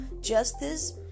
justice